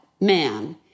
man